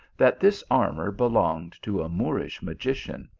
that this armour be longed to a moorish magician,